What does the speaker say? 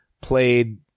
played